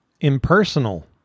impersonal